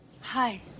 hi